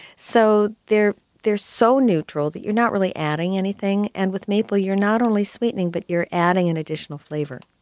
so they're they're so neutral that you're not really adding anything. and with maple, you're not only sweetening but you're adding an additional flavor